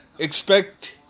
Expect